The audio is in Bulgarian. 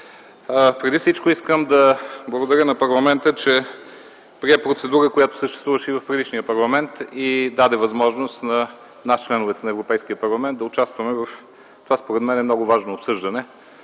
Преди всичко искам да благодаря на парламента, че прие процедура, която съществуваше в предишния парламент и даде възможност на нас, членовете на Европейския парламент, да участваме в това според мен много важно обсъждане,